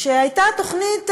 שהייתה תוכנית,